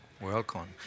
Welcome